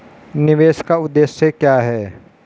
निवेश का उद्देश्य क्या है?